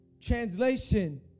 Translation